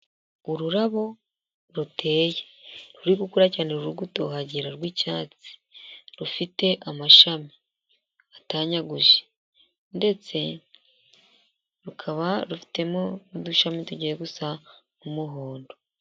Ururabo ruteye ruri gukura cyane, ruri gutohagira rw'icyatsi, rufite amashami atanyaguje ndetse rukaba rufitemo n'udushami tugiye gusa n'umuhondo.